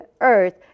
earth